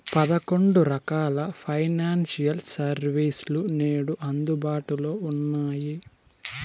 పదకొండు రకాల financial service లు నేడు అందుబాటులో ఉన్నాయి